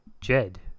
Jed